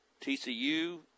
TCU